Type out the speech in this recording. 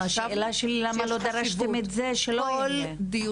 השאלה שלי היא למה לא דרשתם את זה --- בכל דיוני